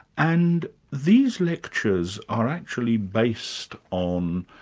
and these lectures are actually based on,